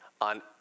on